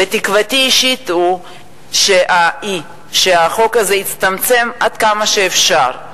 ותקוותי האישית היא שהחוק הזה יצטמצם עד כמה שאפשר.